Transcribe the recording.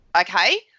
Okay